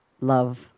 love